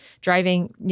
driving